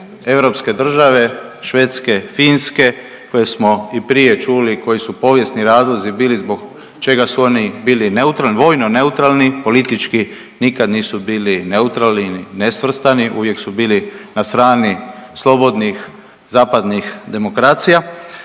europske države Švedske, Finske koje smo i prije čuli koji su povijesni razlozi bili zbog čega su oni bili neutralni, vojno neutralni. Politički nikad nisu bili neutralni ili nesvrstani, uvijek su bili na strani slobodnih zapadnih demokracija.